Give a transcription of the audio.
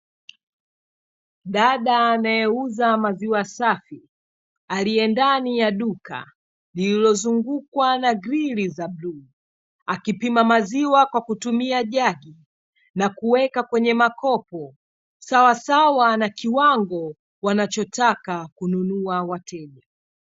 Dada anayeuza maziwa safi, aliye ndani ya duka lililozungukwa na grili za buluu, akipima maziwa kwa kutumia jagi na kuweka kwenye makopo sawasawa na kiwango wanachotaka kununua wateja.